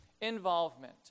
involvement